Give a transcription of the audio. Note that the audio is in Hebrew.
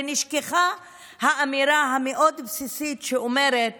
ונשכחה האמירה המאוד-בסיסית שאומרת